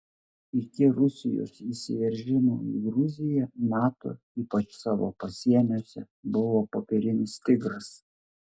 iki rusijos įsiveržimo į gruziją nato ypač savo pasieniuose buvo popierinis tigras